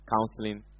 counseling